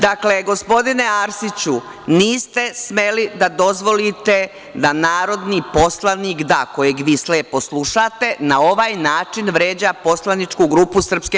Dakle, gospodine Arsiću, niste smeli da dozvolite da narodni poslanik, da, kojeg vi slepo slušate, na ovaj način vređa poslaničku grupu SRS.